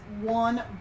one